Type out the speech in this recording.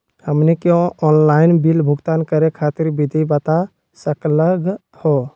हमनी के online bill भुगतान करे खातीर विधि बता सकलघ हो?